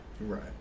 Right